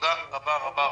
תודה רבה.